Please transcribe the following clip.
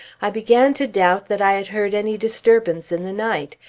i began to doubt that i had heard any disturbance in the night,